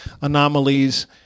anomalies